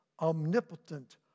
omnipotent